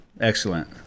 excellent